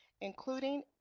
including